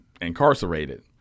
incarcerated